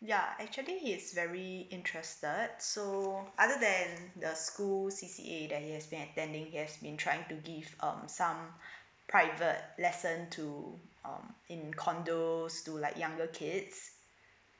ya actually he is very interested so other than the school C_C_A that he has been attending he has been trying to give um some private lesson to um in condos to like younger kids